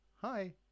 hi